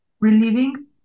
relieving